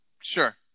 Sure